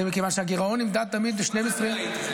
זה מכיוון שהגירעון נמדד תמיד ב-12 --- מה זה "ראיתי",